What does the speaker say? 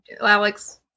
Alex